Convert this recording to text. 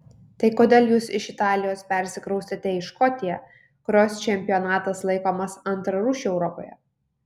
tai kodėl jūs iš italijos persikraustėte į škotiją kurios čempionatas laikomas antrarūšiu europoje